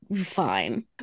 fine